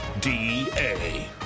Da